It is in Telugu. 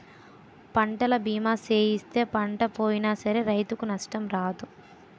పంటల బీమా సేయిస్తే పంట పోయినా సరే రైతుకు నష్టం రాదు